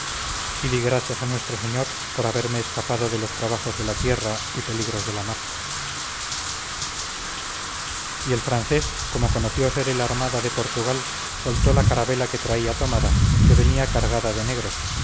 di gracias a nuestro señor por haberme escapado de los trabajos de la tierra y peligros de la mar y el francés como conoció ser el armada de portugal soltó la carabela que traía tomada que venía cargada de negros